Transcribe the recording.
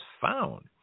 found